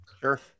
Sure